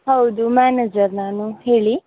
ಹೌದು ಮ್ಯಾನೇಜರ್ ನಾನು ಹೇಳಿ